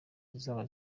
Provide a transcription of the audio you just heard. zizaba